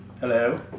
Hello